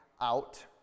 out